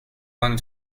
going